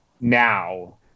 now